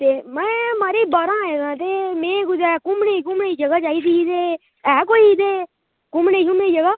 में मडी बाहरा आया ते मिगी घुम्मनै ताहीं जगह चाहिदी ही ते एह् कोई इत्थें घुम्मनै दी जगह